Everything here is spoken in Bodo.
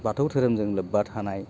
बाथौ धोरोमजों लोब्बा थानाय